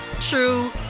true